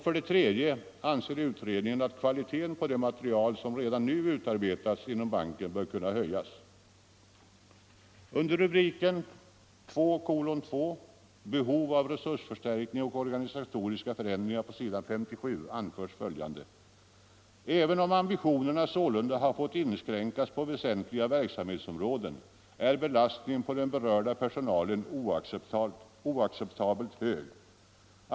För det tredje anser utredningen att kvaliteten på det material som redan nu utarbetas inom banken bör kunna höjas.” Under rubriken ”2.2 Behov av resursförstärkning och organisatoriska förändringar” anförs på s. 57 i framställningen från fullmäktige i riksbanken: ”Även om ambitionerna sålunda har fått inskränkas på väsentliga verksamhetsområden, är belastningen på den berörda personalen oacceptabelt hög.